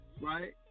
right